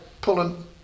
pulling